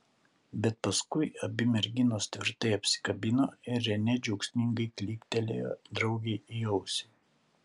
bet paskui abi merginos tvirtai apsikabino ir renė džiaugsmingai klyktelėjo draugei į ausį